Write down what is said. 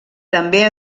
també